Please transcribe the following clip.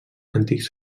antics